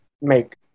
make